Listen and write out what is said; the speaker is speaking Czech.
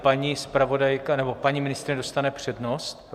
Paní zpravodajka nebo paní ministryně dostane přednost.